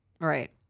Right